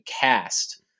cast